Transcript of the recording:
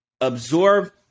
absorb